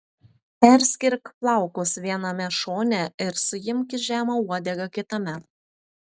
perskirk plaukus viename šone ir suimk į žemą uodegą kitame